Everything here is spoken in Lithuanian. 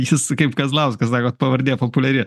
jis kaip kazlauskas sakot pavardė populiari